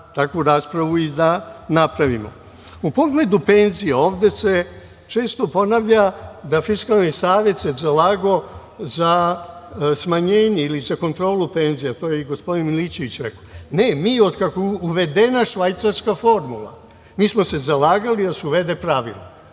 takvu raspravu i da napravimo.U pogledu penzija, ovde se često ponavlja da Fiskalni savet se zalagao za smanjenje ili za kontrolu penzija, to je i gospodin Milićević rekao. Ne, mi otkako je uvedena švajcarska formula, mi smo se zalagali da se uvedu pravila